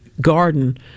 garden